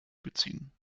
beziehen